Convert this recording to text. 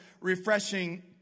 refreshing